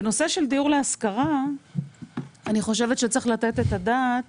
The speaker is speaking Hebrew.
בנושא של דיור להשכרה אני חושבת שצריך לתת את הדעת